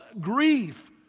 grief